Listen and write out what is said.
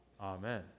Amen